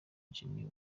jamil